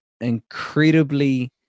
incredibly